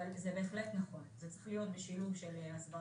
זה בהחלט נכון, זה צריך להיות בשילוב של הסברה.